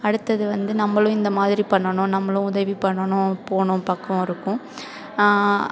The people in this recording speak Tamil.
அடுத்தது வந்து நம்மளும் இந்தமாதிரி பண்ணணும் நம்மளும் உதவி பண்ணணும் போகணும் பக்குவமிருக்கும்